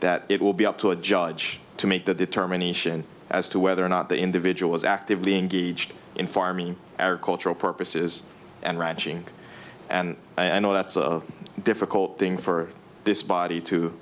that it will be up to a judge to make that determination as to whether or not the individual is actively engaged in farming or cultural purposes and ranching and i know that's a difficult thing for this body to